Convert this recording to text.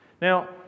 Now